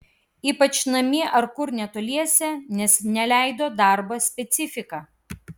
ypač namie ar kur netoliese nes neleido darbo specifika